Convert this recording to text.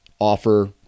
offer